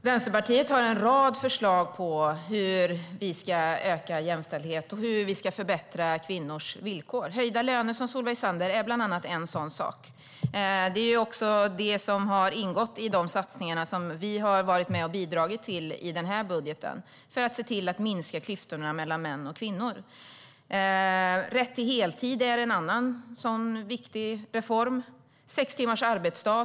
Vi i Vänsterpartiet har en rad förslag på hur vi ska öka jämställdheten och förbättra kvinnors villkor. Höjda löner, som Solveig Zander nämner, är bland annat en sådan sak. Det har ingått i de satsningar som vi har varit med och bidragit till i budgeten för att se till att minska klyftorna mellan män och kvinnor. Rätt till heltid är en annan sådan viktig reform och sex timmars arbetsdag.